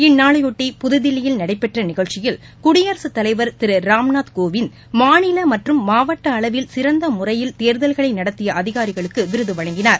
இந்நாளையொட்டி புதுதில்லியில் நடைபெற்ற நிகழ்ச்சியில் குடியரசுத் தலைவர் திரு ராம்நாத் கோவிந்த் மாநில மற்றும் மாவட்ட அளவில் சிறந்த முறையில் தேர்தல்களை நடத்திய அதிகாரிகளுக்கு விருது வழங்கினார்